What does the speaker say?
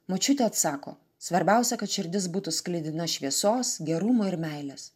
močiutė atsako svarbiausia kad širdis būtų sklidina šviesos gerumo ir meilės